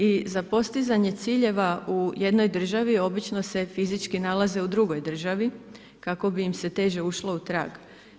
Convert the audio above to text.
I za postizanje ciljeva u jednoj državi, obično se fizički nalaze u drugoj državi, kako bi im se teže ušlo u kraj.